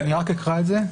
אני רק אקרא את זה.